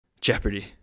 Jeopardy